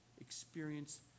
experience